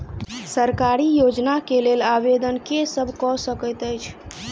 सरकारी योजना केँ लेल आवेदन केँ सब कऽ सकैत अछि?